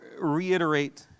reiterate